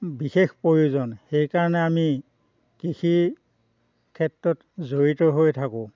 বিশেষ প্ৰয়োজন সেইকাৰণে আমি কৃষিৰ ক্ষেত্ৰত জড়িত হৈ থাকোঁ